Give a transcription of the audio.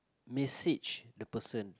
message the person